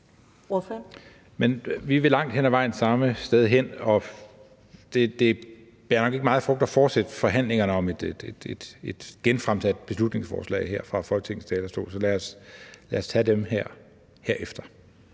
Vi vil langt hen ad vejen samme sted hen, og det bærer nok ikke meget frugt at fortsætte forhandlingerne om et genfremsat beslutningsforslag her fra Folketingets talerstol. Så lad os tage dem herefter.